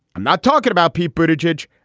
i'm not talking about people to judge.